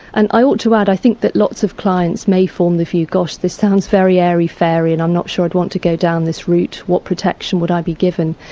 and i ought to add, i think that lots of clients may form the view, gosh, this sounds very airy-fairy and i'm not sure i'd want to go down this route. what protection would i be given?